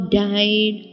died